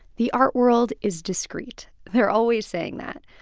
the art world is discreet. they're always saying that.